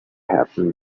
happened